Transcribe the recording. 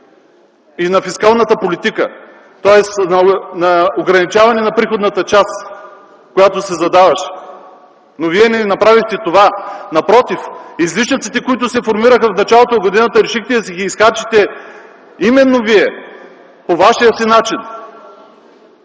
признаци във фиска, тоест на ограничаването на приходната част, която се задаваше. Но вие не направихте това. Напротив, излишъците, които се формираха в началото на годината, решихте да си ги изхарчите именно вие, по вашия си начин,